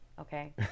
okay